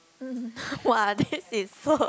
mm !wah! this is so